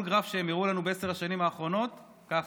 כל גרף שהם הראו לנו בעשר השנים האחרונות, ככה,